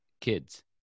kids